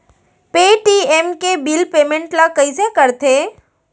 Paytm के bill payment ल कइसे करथे?